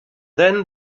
then